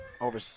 Over